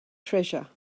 treasure